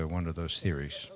one of those theories